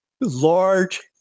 large